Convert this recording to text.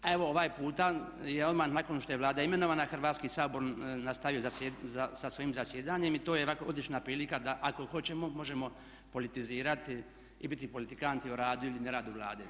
A evo ovaj je puta odmah nakon što je Vlada imenovana Hrvatski sabor je nastavio sa svojim zasjedanjem i to je ovako odlična prilika da ako hoćemo možemo politizirati i biti politikanti o radu ili ne radu Vlade.